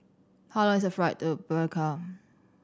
how long is the flight to Palikir